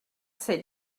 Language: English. sit